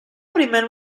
primera